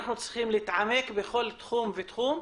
נתעמק בכל תחום ותחום.